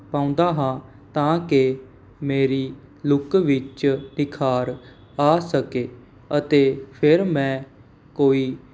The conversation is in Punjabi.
ਪਾਉਂਦਾ ਹਾਂ ਤਾਂ ਕਿ ਮੇਰੀ ਲੁੱਕ ਵਿੱਚ ਨਿਖਾਰ ਆ ਸਕੇ ਅਤੇ ਫਿਰ ਮੈਂ ਕੋਈ